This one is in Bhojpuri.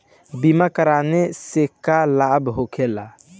बीमा कराने से का लाभ होखेला?